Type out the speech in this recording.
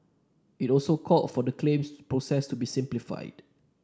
it also called for the claims process to be simplified